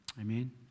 Amen